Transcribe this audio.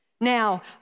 Now